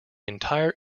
entire